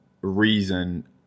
reason